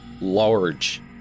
large